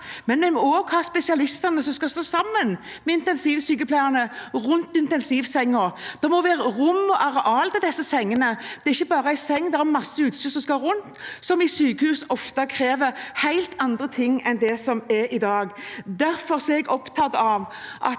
men vi må også ha spesialistene som skal stå sammen med in tensivsykepleierne rundt intensivsengen. Det må være rom og areal til disse sengene. Det er ikke bare en seng, det er masse utstyr rundt som ofte krever helt andre ting enn det som er i sykehus i dag. Derfor er jeg opptatt av at